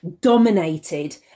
dominated